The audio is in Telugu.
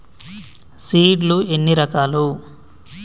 సీడ్ లు ఎన్ని రకాలు?